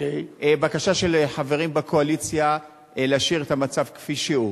הבקשה של חברים בקואליציה היא להשאיר את המצב כפי שהוא.